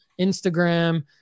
Instagram